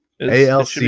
ALC